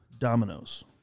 Dominoes